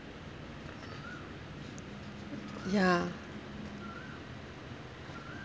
ya